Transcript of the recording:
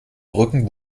brücken